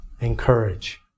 encourage